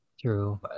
True